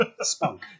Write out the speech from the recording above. Spunk